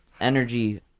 energy